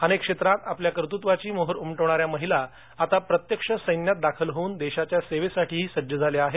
अनेक क्षेत्रात आपल्या कर्तृत्वाची मोहोर उमटवणाऱ्या महिला आता प्रत्यक्ष सैन्यात दाखल होऊन देशाच्या सेवेसाठीही सज्ज झाल्या आहेत